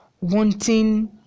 wanting